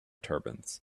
turbans